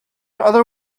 other